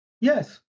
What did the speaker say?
Yes